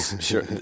Sure